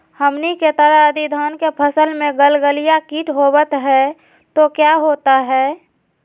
हमनी के तरह यदि धान के फसल में गलगलिया किट होबत है तो क्या होता ह?